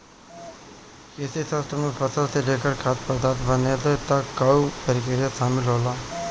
कृषिशास्त्र में फसल से लेकर खाद्य पदार्थ बनले तक कअ प्रक्रिया शामिल होला